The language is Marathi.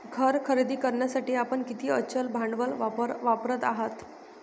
घर खरेदी करण्यासाठी आपण किती अचल भांडवल वापरत आहात?